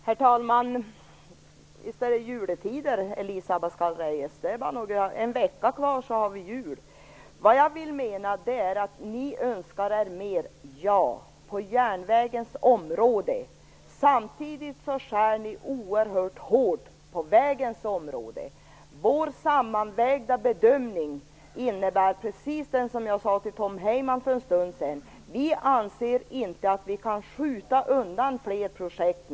Herr talman! Visst är det juletider, Elisa Abascal Reyes. Om bara en vecka är det jul. Jag menar att ni önskar er mer på järnvägens område samtidigt som ni skär oerhört på vägområdet. Vår sammanvägda bedömning är, precis som jag sade för en stund sedan till Tom Heyman, att vi nu inte kan skjuta undan fler projekt.